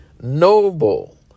noble